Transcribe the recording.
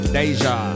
Deja